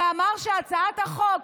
ואמר שהצעת החוק,